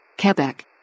Quebec